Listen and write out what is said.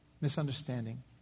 misunderstanding